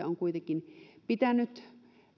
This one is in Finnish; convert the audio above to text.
on kuitenkin pitänyt